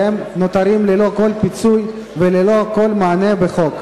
והם נותרים ללא כל פיצוי וללא כל מענה בחוק.